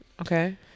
Okay